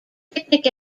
picnic